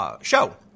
show